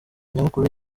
nyamukuru